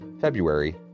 February